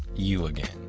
you again.